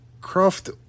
Croft